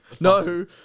no